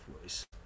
voice